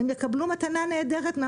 הן יקבלו מתנה נהדרת,